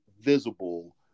visible